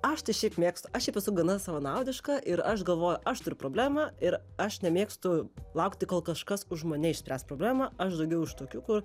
aš tai šiaip mėgstu aš šiaip esu gana savanaudiška ir aš galvoju aš turiu problemą ir aš nemėgstu laukti kol kažkas už mane išspręs problemą aš daugiau iš tokių kur